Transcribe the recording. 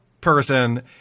person